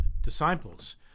disciples